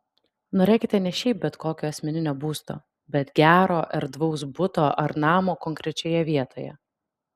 norėkite ne šiaip bet kokio asmeninio būsto bet gero erdvaus buto ar namo konkrečioje vietoje